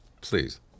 please